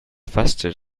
faster